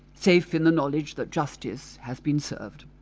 safe in the knowledge that justice has been served.